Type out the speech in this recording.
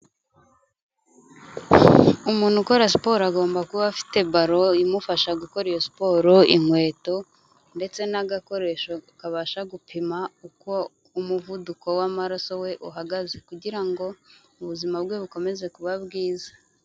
Umuntu ukora siporo agomba kuba afite ballon imufasha gukora iyo siporo, inkweto ndetse n'agakoresho kabasha gupima uko umuvuduko w'amaraso we uhagaze kugira ngo ubuzima bwe bukomeze kuba bwiza.